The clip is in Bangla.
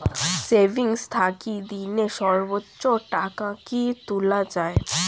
সেভিঙ্গস থাকি দিনে সর্বোচ্চ টাকা কি তুলা য়ায়?